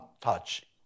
touch